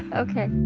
ok